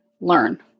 learn